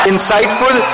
Insightful